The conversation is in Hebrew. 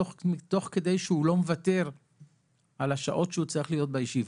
תוך כדי שהוא לא מוותר על השעות שהוא צריך להיות בישיבה.